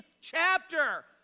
chapter